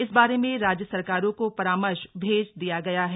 इस बारे में राज्य सरकारों को परामर्श भेज दिया गया है